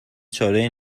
چارهای